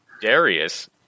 Darius